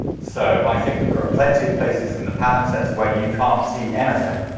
so, i think that there are plenty of places in the palimpsest where you can't see anything.